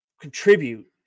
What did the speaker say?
contribute